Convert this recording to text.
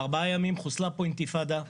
בארבעה ימים חוסלה פה אינתיפאדה.